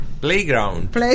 playground